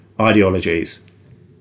ideologies